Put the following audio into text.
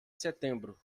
setembro